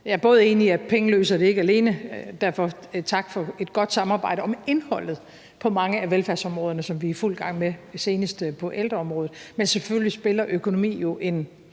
Jeg er enig i, at penge ikke løser det alene, så derfor tak for et godt samarbejde om indholdet på mange af velfærdsområderne, som vi er i fuld gang med, senest på ældreområdet. Men selvfølgelig spiller økonomi jo en